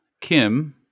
Kim